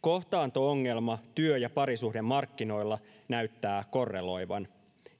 kohtaanto ongelma työ ja parisuhdemarkkinoilla näyttää korreloivan